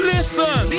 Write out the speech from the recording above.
Listen